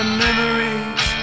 memories